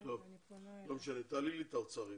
לא משנה, תעלה לי את האוצר רגע.